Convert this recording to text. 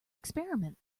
experiment